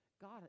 God